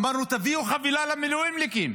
אמרנו: תביאו חבילה למילואימניקים,